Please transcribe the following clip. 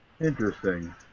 Interesting